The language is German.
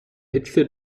hitze